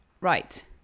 Right